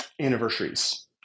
anniversaries